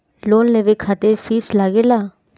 Loan लेवे खातिर fees लागेला?